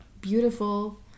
beautiful